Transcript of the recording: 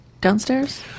downstairs